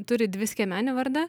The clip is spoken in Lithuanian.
turi dviskiemenį vardą